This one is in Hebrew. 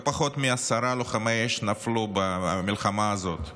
לא פחות מעשרה לוחמי אש נפלו במלחמה הזאת,